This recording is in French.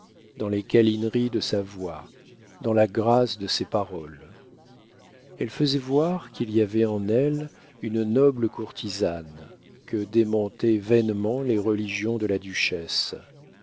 dans les câlineries de sa voix dans la grâce de ses paroles elle faisait voir qu'il y avait en elle une noble courtisane que démentaient vainement les religions de la duchesse